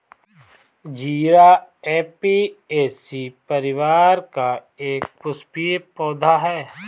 जीरा ऍपियेशी परिवार का एक पुष्पीय पौधा है